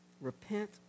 repent